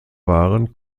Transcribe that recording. waren